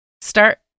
start